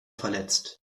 verletzt